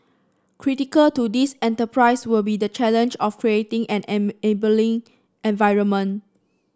critical to this enterprise will be the challenge of creating an enabling environment